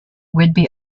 whidbey